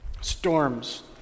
Storms